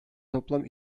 toplam